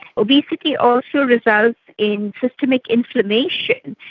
obesity also results in systemic inflammation.